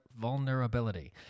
Vulnerability